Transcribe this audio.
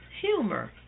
humor